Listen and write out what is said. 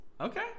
okay